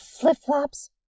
flip-flops